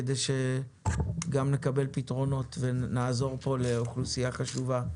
כדי שגם נקבל פתרונות ונעזור פה לאוכלוסייה חשובה.